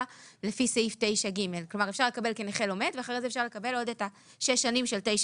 לפי סעיף 9ג הוא ככלל מוגבל לשש שנים,